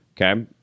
Okay